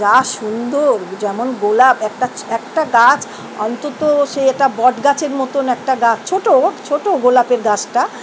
যা সুন্দর যেমন গোলাপ একটা একটা গাছ অন্তত সে একটা বট গাছের মতোন একটা গাছ ছোটো ছোটো গোলাপের গাছটা